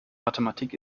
mathematik